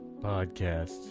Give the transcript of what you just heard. Podcast